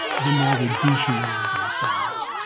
the more we dehumanize ourselves.